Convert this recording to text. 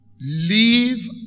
leave